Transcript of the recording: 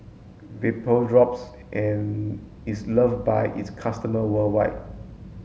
Vapodrops in is love by its customer worldwide